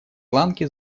ланки